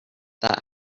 that